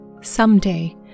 someday